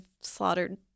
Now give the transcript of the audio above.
slaughtered